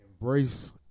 Embrace